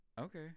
Okay